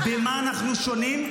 --- במה אנחנו שונים?